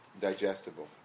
digestible